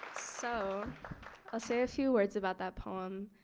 so i'll say a few words about that poem.